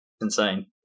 insane